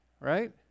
right